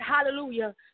hallelujah